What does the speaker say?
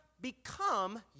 become